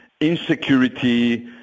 insecurity